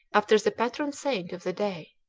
after the patron saint of the day.